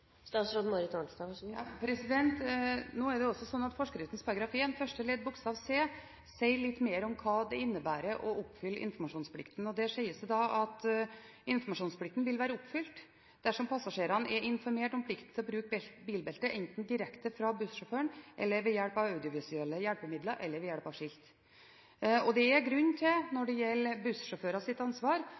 Det er slik at forskriftens § 1 første ledd bokstav c sier litt mer om hva det innebærer å oppfylle informasjonsplikten. Der står det at informasjonsplikten vil være oppfylt dersom passasjerene er informert om plikten til å bruke bilbelte enten direkte fra bussjåføren, ved hjelp av audiovisuelle hjelpemidler eller ved hjelp av skilt. Det er grunn til, når det gjelder bussjåførers ansvar,